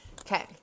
Okay